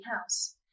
House